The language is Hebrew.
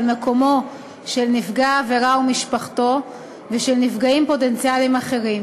מקומו של נפגע העבירה ומשפחתו ושל נפגעים פוטנציאליים אחרים,